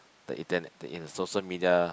the in the in social media